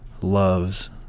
loves